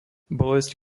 bolesť